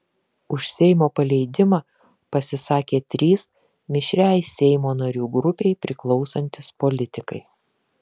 už seimo paleidimą pasisakė trys mišriai seimo narių grupei priklausantys politikai